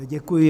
Děkuji.